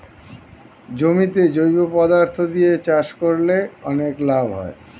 জমিতে জৈব পদার্থ দিয়ে চাষ করলে অনেক লাভ হয়